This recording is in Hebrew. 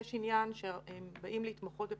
יש עניין שהם באים להתמחות בפנימית,